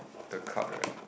the card right